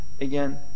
again